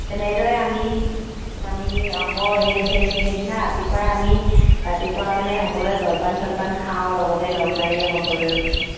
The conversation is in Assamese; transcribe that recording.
তেনেদৰে আমি আমি আকৌ সেইদিনা ৰাতিপুৱাই আমি ৰাতিপুৱা মানে সকলোৱে জলপান চলপান খাওঁ লগতে লগ লাগি সকলোৱে